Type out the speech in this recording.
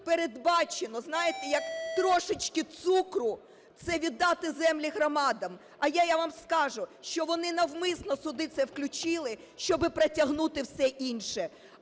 передбачено, знаєте, як трошечки цукру, це віддати землі громадам. А я вам скажу, що вони навмисне сюди це включили, щоби "протягнути" все інше.